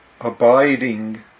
abiding